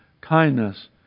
kindness